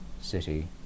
city